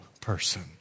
person